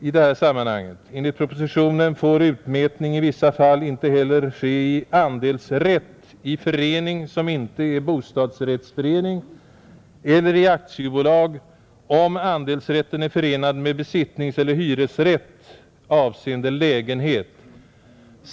i det här sammanhanget. Enligt propositionen får utmätning i vissa fall inte heller ske i andelsrätt i förening som inte är bostadsrättsförening eller i aktiebolag, om andelsrätten är förenad med besittningseller hyresrätt avseende lägenhet.